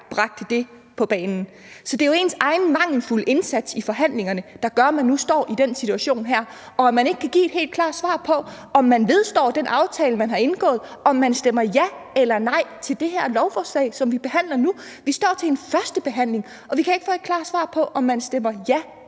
eneste gang på banen. Så det er jo ens egen mangelfulde indsats i forhandlingerne, der gør, at man nu står i den her situation og ikke kan give et helt klart svar på, om man vedstår den aftale, man har indgået, og om man stemmer ja eller nej til det her lovforslag, som vi behandler nu. Vi står til en førstebehandling, og vi kan ikke få et klart svar på, om man stemmer ja eller nej.